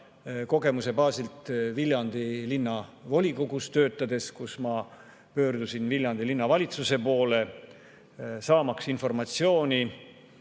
kogemuse baasilt Viljandi Linnavolikogus töötades. Ma pöördusin Viljandi Linnavalitsuse poole, saamaks informatsiooni